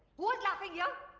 who is laughing here?